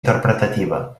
interpretativa